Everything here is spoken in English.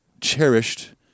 cherished